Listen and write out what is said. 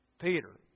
Peter